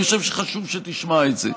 אני חושב שחשוב שתשמע את זה: